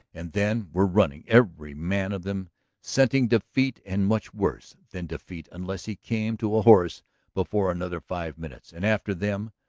and then were running, every man of them scenting defeat and much worse than defeat unless he came to a horse before another five minutes. and after them,